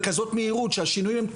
שותפים.